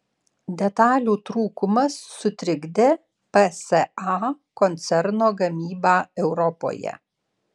detalių trūkumas sutrikdė psa koncerno gamybą europoje